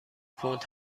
پوند